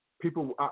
people